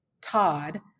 Todd